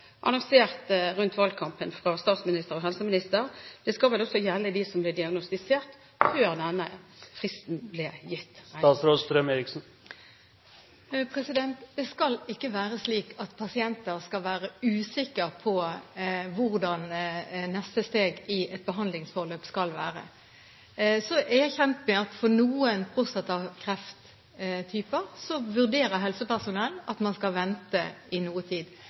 annonsert rundt valgkampen fra statsminister og helseminister, skal vel også gjelde dem som ble diagnostisert før denne fristen ble gitt, regner jeg med. Det skal ikke være slik at pasienter skal være usikre på hvordan neste steg i et behandlingsforløp skal være. Jeg er kjent med at for noen prostatakrefttyper vurderer helsepersonell at man skal vente i noen tid.